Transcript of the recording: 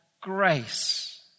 grace